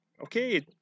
okay